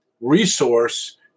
resource